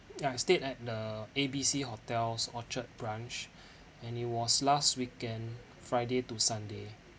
ya I stayed at the A B C hotel's orchard branch and it was last weekend friday to sunday